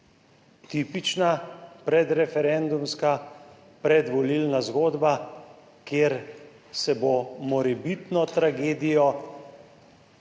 tipična predreferendumska, predvolilna zgodba, kjer se bo morebitno tragedijo